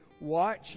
watch